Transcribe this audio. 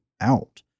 out